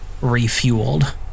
refueled